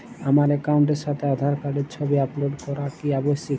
আমার অ্যাকাউন্টের সাথে আধার কার্ডের ছবি আপলোড করা কি আবশ্যিক?